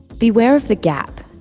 beware of the gap,